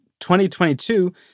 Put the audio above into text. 2022